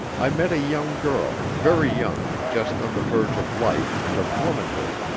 i met a young girl, very young, just on the verge of life and of womanhood.